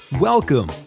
Welcome